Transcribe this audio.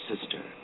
sister